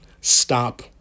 stop